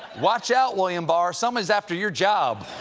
watch out, william barr, someone's after your job.